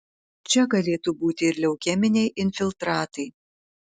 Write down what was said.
čia galėtų būti ir leukeminiai infiltratai